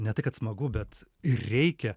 ne tai kad smagu bet reikia